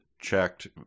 checked